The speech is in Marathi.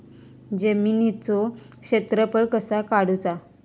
जमिनीचो क्षेत्रफळ कसा काढुचा?